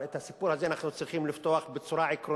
אבל את הסיפור הזה אנחנו צריכים לפתוח בצורה עקרונית,